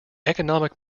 economic